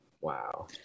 Wow